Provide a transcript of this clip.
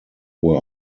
were